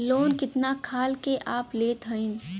Loan कितना खाल के आप लेत हईन?